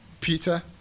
Peter